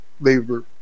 labor